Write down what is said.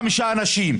חמישה אנשים,